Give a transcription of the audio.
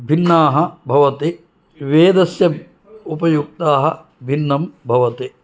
भिन्नाः भवति वेदस्य उपयुक्ताः भिन्नं भवति